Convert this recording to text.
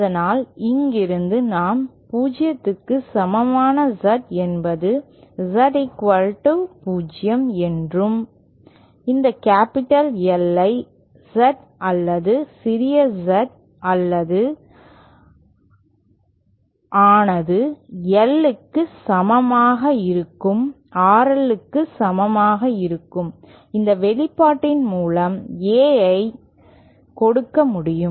அதனால்இங்கிருந்து நாம் 0 க்கு சமமான Z என்பது Z0 என்றும் இந்த கேப்பிட்டல் L ஐ Z அல்லது சிறிய z ஆனது L க்கு சமமாக இருக்கும் RL க்கு சமமாக இருக்கும் இந்த வெளிப்பாட்டின் மூலம் Aஐ கொடுக்க முடியும்